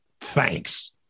Thanks